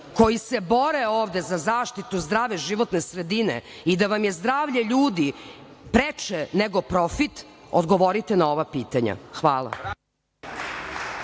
koji se bore ovde za zaštitu zdrave životne sredine i da vam je zdravlje ljudi preče nego profit, odgovorite na ova pitanja. Hvala.